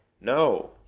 no